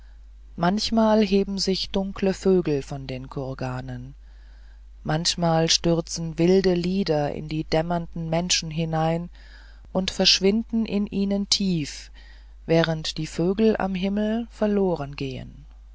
manchmal heben sich dunkle vögel von den kurganen manchmal stürzen wilde lieder in die dämmernden menschen hinein und verschwinden in ihnen tief während die vögel im himmel verloren gehen